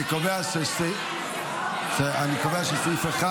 אני קובע שסעיף 1,